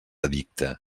edicte